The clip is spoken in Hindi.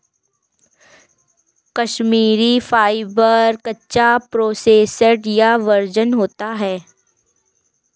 कश्मीरी फाइबर, कच्चा, प्रोसेस्ड या वर्जिन होता है